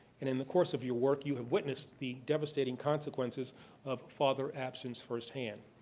and in the course of your work, you have witnessed the devastating consequences of father absence firsthand.